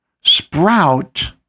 sprout